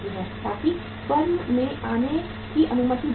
ताकि फर्म में आने की अनुमति न दी जाए